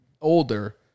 older